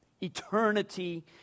Eternity